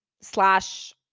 slash